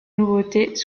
nouveautés